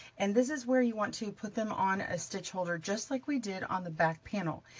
and this is where you want to put them on a stitch holder, just like we did on the back panel.